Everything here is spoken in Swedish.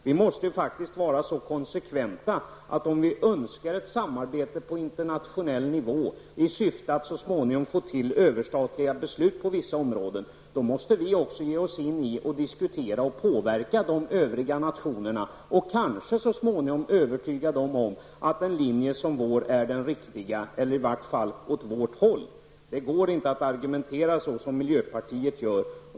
Vi måste faktiskt vara så konsekventa att vi, om vi önskar ett samarbete på internationell nivå i syfte att så småningom få till överstatliga beslut på vissa områden, också är beredda att ge oss in i diskussioner med och söka påverka de övriga nationerna. Kanske kan vi då så småningom övertyga dem om att vår linje är den riktiga, eller att den riktiga linjen åtminstone bör gå åt samma håll som vår. Det går inte att argumentera så som miljöpartiet gör.